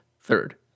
Third